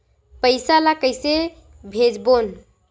पईसा ला कइसे भेजबोन?